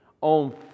on